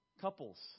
couples